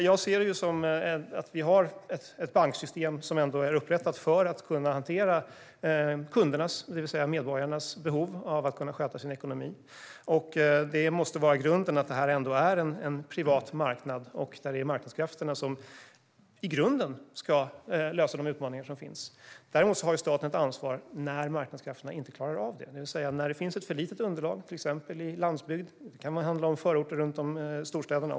Jag ser det som att vi har ett banksystem som ändå är upprättat för att kunna hantera kundernas, det vill säga medborgarnas, behov av att kunna sköta sin ekonomi. Det måste vara grunden att detta ändå är en privat marknad där det är marknadskrafterna som i grunden ska lösa de utmaningar som finns. Däremot har staten ett ansvar när marknadskrafterna inte klarar av detta, det vill säga när det finns ett för litet underlag, till exempel på landsbygd eller i förorter runt storstäderna.